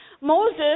Moses